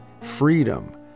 freedom